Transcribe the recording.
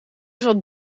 zat